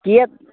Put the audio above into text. कीयत्